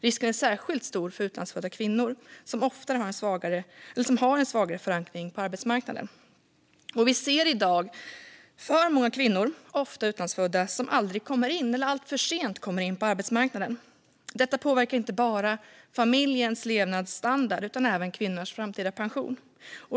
Risken är särskilt stor för utlandsfödda kvinnor som har en svagare förankring på arbetsmarknaden. Vi ser i dag för många kvinnor, ofta utlandsfödda, som aldrig kommer in eller alltför sent kommer in på arbetsmarknaden. Detta påverkar inte bara familjens levnadsstandard utan även kvinnornas framtida pension.